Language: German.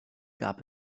gab